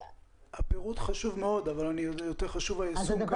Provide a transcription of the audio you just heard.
הפירוט חשוב מאוד אבל יותר חשוב היישום.